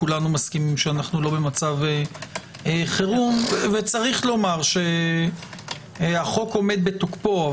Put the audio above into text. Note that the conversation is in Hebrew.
כולם מסכימים שאנו לא במצב חירום ויש לומר שהחוק עומד בתוקפו,